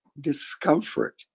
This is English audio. discomfort